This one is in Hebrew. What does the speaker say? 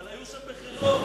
אבל היו שם בחירות.